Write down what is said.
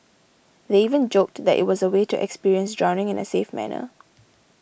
they even joked that it was a way to experience drowning in a safe manner